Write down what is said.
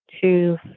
two